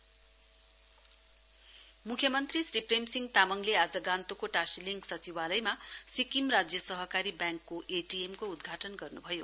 CM ATM म्ख्यमन्त्री श्री प्रेमसिंह तामङले आज गान्तोकको टाशीलिङ सचिवालयमा सिक्किम राज्य सहकारी ब्याङ्कको एटीयमको उद्घाटन गर्नुभयो